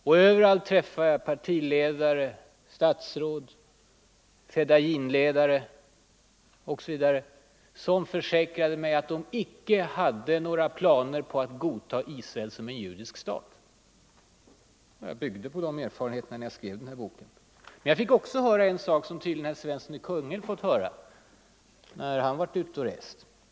Och träffade partiledare, statsråd, Fedayinledare och andra. De försäkrade mig att de inte hade några planer på att godta Israel som en judisk stat. Jag byggde bl.a. på de erfarenheterna när jag skrev boken. Då fick jag också höra en sak som tydligen även herr Svensson i Kungälv fått lyssna till när han varit ute och rest.